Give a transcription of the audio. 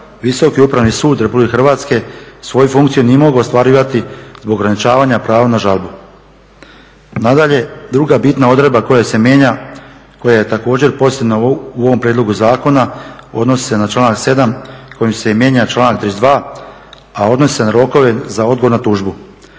Visoki upravni sud Republike Hrvatske svoju funkciju nije mogao ostvarivati zbog ograničavanja prava na žalbu. Nadalje, druga bitna odredba koja se mijenja, koja je također pozitivna u ovom prijedlogu zakona odnosi se na članak 7. kojim se mijenja članak 32., a odnosi se na rokove za odgovor na tužbu.